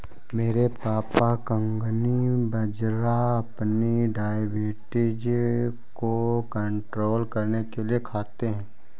मेरे पापा कंगनी बाजरा अपनी डायबिटीज को कंट्रोल करने के लिए खाते हैं